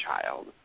child